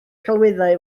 celwyddau